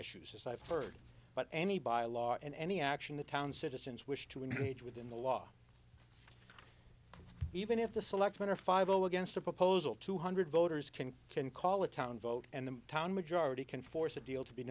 issues as i've heard but any by law and any action the town citizens wish to engage within the law even if the selectmen are five zero against a proposal two hundred voters can can call a town vote and the town majority can force a deal to be